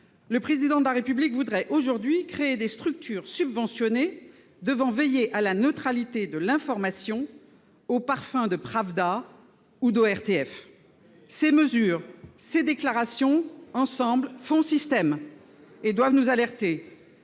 Le Président de la République voudrait aujourd'hui créer des structures subventionnées devant veiller à la neutralité de l'information, au parfum de Pravda ou d'ORTF ! Ces mesures, ces déclarations font système ensemble et doivent nous alerter.